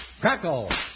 crackle